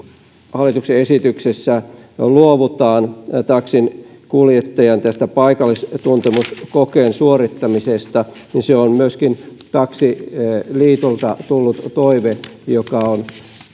hallituksen esityksessä luovutaan taksinkuljettajan paikallistuntemuskokeen suorittamisesta niin se on myöskin taksiliitolta tullut toive joka on